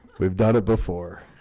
we've done it before